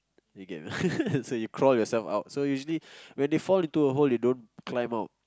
you get so you crawl yourself out so usually when they fall into a hole they don't climb out